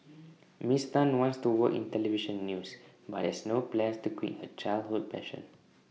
miss Tan wants to work in Television news but has no plans to quit her childhood passion